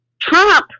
Trump